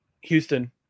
Houston